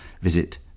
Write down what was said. Visit